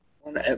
one